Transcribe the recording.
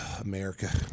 America